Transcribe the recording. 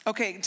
Okay